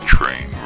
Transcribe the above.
Train